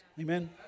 Amen